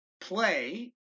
play